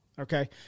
Okay